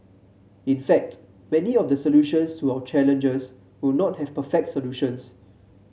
in fact many of the solutions to our challenges will not have perfect solutions